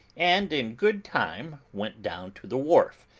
and in good time went down to the wharf,